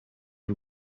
y’u